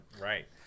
right